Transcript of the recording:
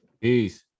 Peace